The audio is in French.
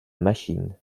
machine